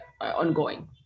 ongoing